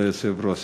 כבוד היושב-ראש.